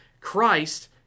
Christ